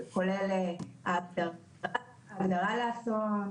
כולל ההגדרה לאסון,